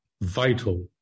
vital